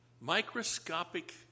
microscopic